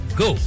go